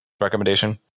recommendation